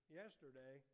yesterday